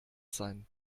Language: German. sein